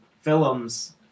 films